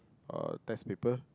uh test paper